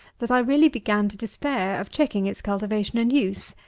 that i really began to despair of checking its cultivation and use,